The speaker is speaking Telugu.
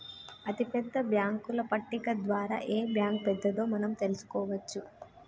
అతిపెద్ద బ్యేంకుల పట్టిక ద్వారా ఏ బ్యాంక్ పెద్దదో మనం తెలుసుకోవచ్చు